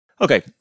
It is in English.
Okay